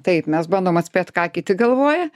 taip mes bandom atspėt ką kiti galvoja